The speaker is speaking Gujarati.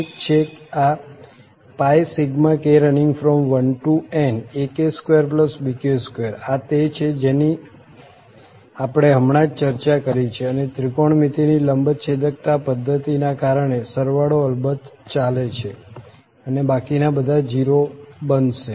એક છે આ k1nak2bk2 આ તે છે જેની આપણે હમણાં જ ચર્ચા કરી છે અને ત્રિકોણમિતિની લંબચ્છેદકતા પધ્ધતિના કારણે સરવાળો અલબત્ત ચાલે છે અને બાકીના બધા 0 બનશે